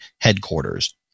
headquarters